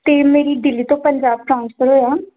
ਅਤੇ ਮੇਰੀ ਦਿੱਲੀ ਤੋਂ ਪੰਜਾਬ ਟਰਾਂਸਫਰ ਹੋਇਆ